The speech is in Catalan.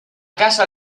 casa